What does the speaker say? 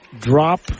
drop